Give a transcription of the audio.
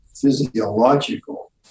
physiological